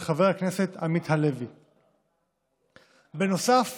ניגוד